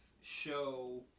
show